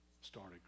started